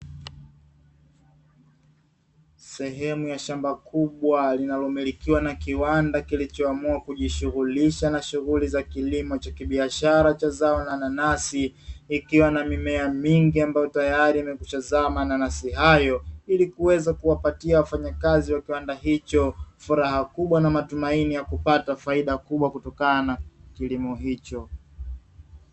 Sehemu ya shamba kubwa linalomilikiwa na kiwanda kilichoamua kujishughulisha na shughuli za kilimo cha kibiashara cha zao la nanasi, ikiwa na mimea mingi ambayo tayari yamekwishazama mananasi hayo, ili kuweza kuwapatia wafanyakazi wa viwanda hicho furaha kubwa na matumaini ya kupata faida kubwa kutokana kilimo hicho.